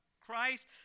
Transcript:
Christ